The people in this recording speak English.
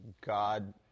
God